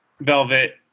velvet